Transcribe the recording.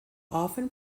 often